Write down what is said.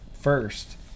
first